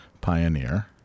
pioneer